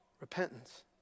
Repentance